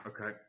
Okay